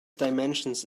dimensions